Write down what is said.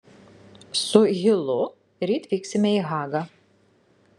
su hilu ryt vyksime į hagą